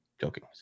Joking